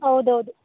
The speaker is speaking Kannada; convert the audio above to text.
ಹೌದು ಹೌದು